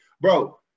Bro